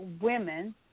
women